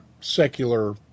secular